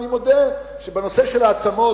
אני מודה שבנושא של העצמות,